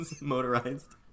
Motorized